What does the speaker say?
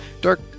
dark